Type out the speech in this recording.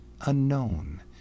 unknown